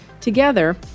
Together